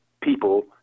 people